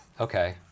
Okay